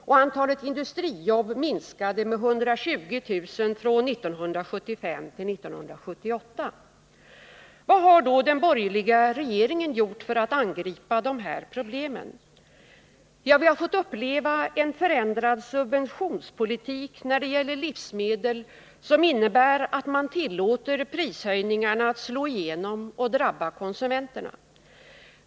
Och antalet industrijobb minskade med 120 000 från 1975 till 1978. Ja, vi har fått uppleva en förändrad subventionspolitik när det gäller livsmedel, som innebär att man tillåter prishöjningarna att slå igenom och drabba konsumenterna.